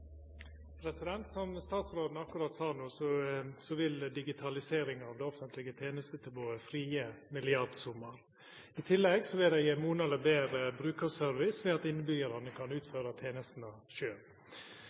Som statsråden no akkurat sa, vil digitalisering av det offentlege tenestetilbodet frigje milliardsummar. I tillegg vil det gje monaleg betre brukarservice ved at innbyggjarane kan